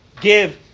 give